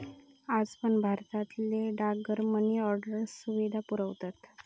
आज पण भारतातले डाकघर मनी ऑर्डरची सुविधा पुरवतत